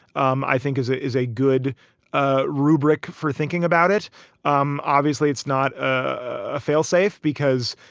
um i think is it is a good ah rubric for thinking about it um obviously, it's not a failsafe because,